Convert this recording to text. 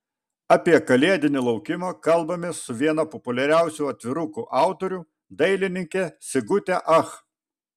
apie kalėdinį laukimą kalbamės su viena populiariausių atvirukų autorių dailininke sigute ach